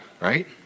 right